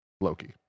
Loki